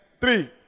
three